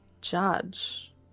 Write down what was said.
judge